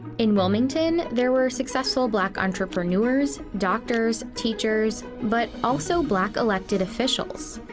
in wilmington there were successful black entrepreneurs, doctors, teachers but also black elected officials.